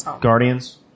Guardians